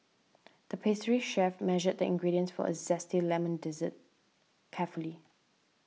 the pastry chef measured the ingredients for a Zesty Lemon Dessert carefully